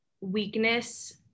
weakness